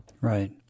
right